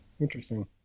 Interesting